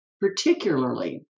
particularly